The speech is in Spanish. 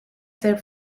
ser